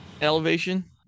elevation